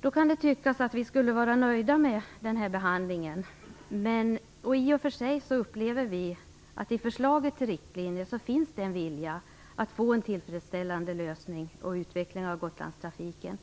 Det kan kanske tyckas att vi skall vara nöjda med denna behandling. I och för sig upplever vi att det i förslaget till riktlinjer finns en vilja att få en tillfredsställande utveckling av Gotlandstrafiken.